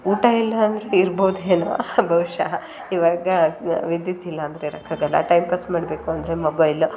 ಊಟ ಇಲ್ಲ ಅಂದರೂ ಇರ್ಬೌದು ಏನೋ ಬಹುಶಃ ಇವಾಗ ವಿದ್ಯುತ್ ಇಲ್ಲಾಂದರೆ ಇರೋಕ್ಕಾಗಲ್ಲ ಟೈಮ್ ಪಾಸ್ ಮಾಡಬೇಕು ಅಂದರೆ ಮೊಬೈಲು